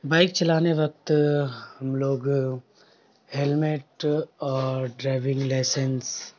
bike چلانے وقت ہم لوگ ہیلمیٹ اور ڈرائیونگ لائسنس